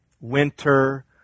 winter